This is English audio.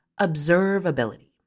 observability